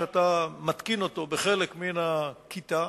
אתה מתקין אותו בחלק מן הכיתה,